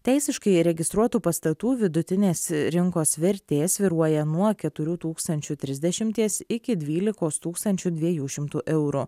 teisiškai įregistruotų pastatų vidutinės rinkos vertė svyruoja nuo keturių tūkstančių trisdešimties iki dvylikos tūkstančių dviejų šimtų eurų